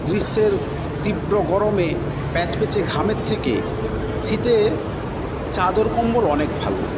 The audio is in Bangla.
গ্রীষ্মের তীব্র গরমে প্যাচপ্যাচে ঘামের থেকে শীতে চাদর কম্বল অনেক ভালো